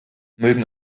mögen